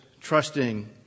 trusting